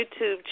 YouTube